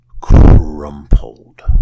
crumpled